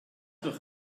noch